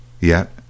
Yet